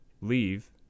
leave